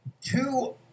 two